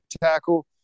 tackle